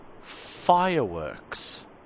fireworks